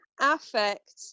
affect